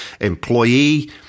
employee